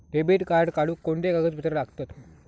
Debit card काढुक कोणते कागदपत्र लागतत?